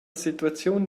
situaziun